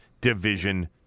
division